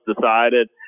decided